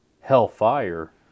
hellfire